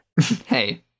Hey